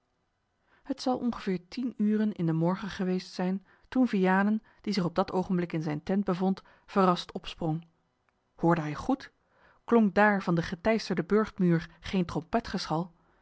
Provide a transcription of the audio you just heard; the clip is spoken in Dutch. het zal ongeveer tien uren in den morgen geweest zijn toen vianen die zich op dat oogenblik in zijne tent bevond verrast opsprong hoorde hij goed klonk daar van den geteisterden burchtmuur geen